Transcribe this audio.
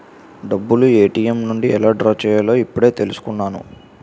డబ్బులు ఏ.టి.ఎం నుండి ఎలా డ్రా చెయ్యాలో ఇప్పుడే తెలుసుకున్నాను